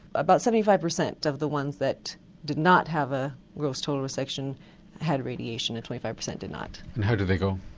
about seventy five percent of the ones that did not have ah a total resection had radiation and twenty five percent did not. and how did they go?